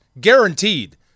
Guaranteed